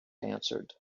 answered